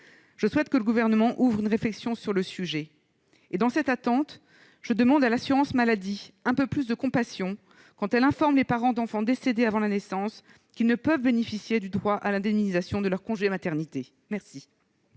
Je souhaite que le Gouvernement ouvre une réflexion sur le sujet. Dans cette attente, je demande à l'assurance maladie un peu plus de compassion quand elle informe les parents d'enfants décédés avant la naissance qu'ils ne peuvent bénéficier du droit à l'indemnisation de leur congé maternité. La